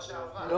כן,